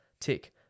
tick